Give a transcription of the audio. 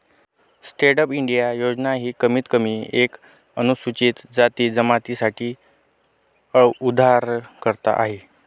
stand up India योजना ही कमीत कमी एक अनुसूचित जाती जमाती साठी उधारकर्ता आहे